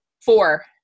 Four